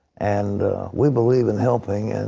and we believe in helping, and